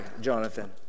Jonathan